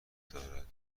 دارد